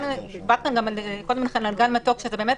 דיברנו קודם על גן מתוק, שזה באמת